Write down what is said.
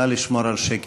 נא לשמור על השקט.